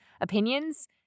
opinions